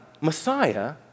Messiah